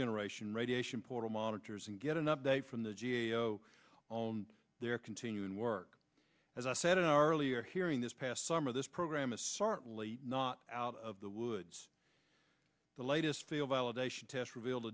generation radiation portal monitors and get an update from the g a o on their continuing work as i said in our earlier hearing this past summer this program is certainly not out of the woods the latest fail validation test revealed